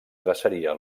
traceria